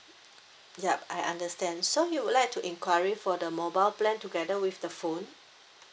yup I understand so you would like to inquiry for the mobile plan together with the phone